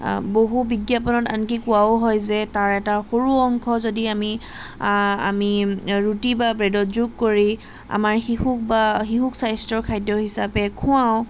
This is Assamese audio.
বহু বিজ্ঞাপনত আনকি কোৱাও হয় যে তাৰ এটা সৰু অংশ যদি আমি আমি ৰুটি বা ব্ৰেদত যোগ কৰি আমাৰ শিশুক বা শিশুক স্বাস্থ্যৰ খাদ্য হিচাপে খোৱাওঁ